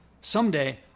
Someday